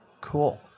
Cool